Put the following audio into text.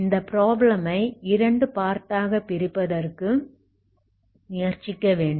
இந்த ப்ராப்ளம் ஐ இரண்டு பார்ட் ஆக பிரிப்பதற்கு முயற்சிக்க வேண்டும்